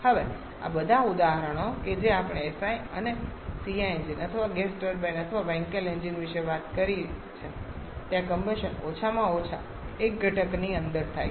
હવે આ બધા ઉદાહરણો કે જે આપણે SI અને CI એન્જિન અથવા ગેસ ટર્બાઇન અથવા વેન્કેલ એન્જિન વિશે વાત કરી છે ત્યાં કમ્બશન ઓછામાં ઓછા એક ઘટકોની અંદર થાય છે